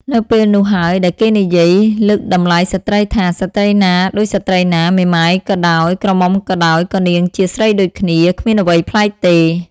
នៅពេលនោះហើយដែលគេនិយាយលើកតម្លៃស្ត្រីថា ស្រីណាដូចស្រីណា មេម៉ាយក៏ដោយ ក្រមុំក៏ដោយ ក៏នាងជាស្រីដូចគ្នា គ្មានអ្វីប្លែកទេ។